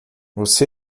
você